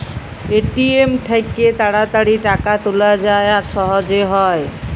ATM থ্যাইকে তাড়াতাড়ি টাকা তুলা যায় আর সহজে হ্যয়